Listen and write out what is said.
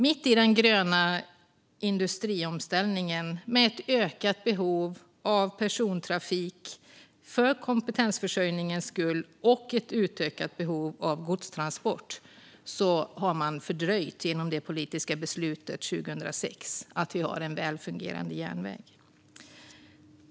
Mitt i den gröna industriomställningen med ett ökat behov av persontrafik för kompetensförsörjningens skull och ett utökat behov av godstransport har man genom det politiska beslutet 2006 fördröjt att vi har en väl fungerande järnväg.